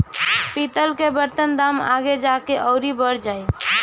पितल कअ बर्तन के दाम आगे जाके अउरी बढ़ जाई